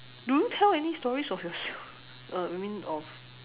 do you tell any stories of yourself uh I mean of